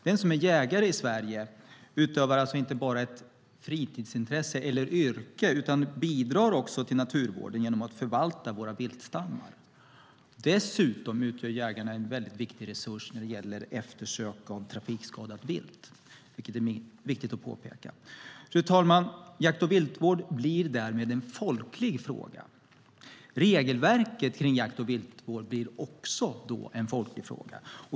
Den som är jägare i Sverige utövar alltså inte bara ett fritidsintresse eller yrke utan bidrar också till naturvården genom att förvalta våra viltstammar. Dessutom utgör jägarna en mycket viktig resurs när det gäller eftersök av trafikskadat vilt, vilket är viktigt att påpeka. Fru talman! Jakt och viltvård blir därmed en folklig fråga. Regelverket kring jakt och viltvård blir då också en folklig fråga.